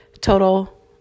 total